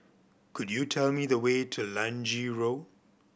could you tell me the way to Lange Road